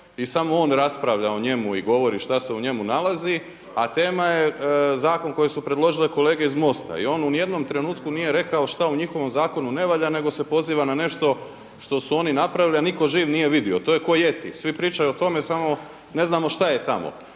i samo on raspravlja o njemu i govori šta se u njemu nalazi a tema je zakon koji su predložile kolege iz MOST-a. I on u ni jednom trenutku nije rekao šta u njihovom zakonu ne valja nego se poziva ne nešto što su oni napravili a nitko živ nije vidio. To je kao jeti, svi pričaju o tome samo ne znamo šta je tamo.